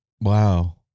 wow